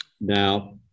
Now